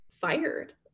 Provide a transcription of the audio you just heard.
fired